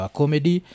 comedy